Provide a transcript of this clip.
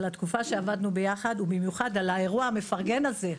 על התקופה שעבדנו ביחד ובמיוחד על האירוע המפרגן הזה.